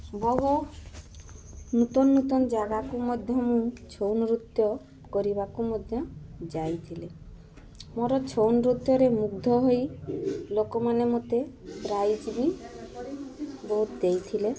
ବହୁ ନୂତନ ନୂତନ ଜାଗାକୁ ମଧ୍ୟ ମୁଁ ଛଉ ନୃତ୍ୟ କରିବାକୁ ମଧ୍ୟ ଯାଇଥିଲି ମୋର ଛଉ ନୃତ୍ୟରେ ମୁଗ୍ଧ ହୋଇ ଲୋକମାନେ ମୋତେ ପ୍ରାଇଜ୍ ବି ବହୁତ ଦେଇଥିଲେ